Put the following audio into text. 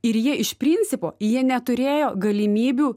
ir jie iš principo jie neturėjo galimybių